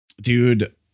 Dude